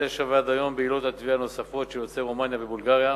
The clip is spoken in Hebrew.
ועד היום בעילות תביעות נוספות של יוצאי רומניה ובולגריה,